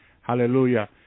hallelujah